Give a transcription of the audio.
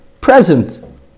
present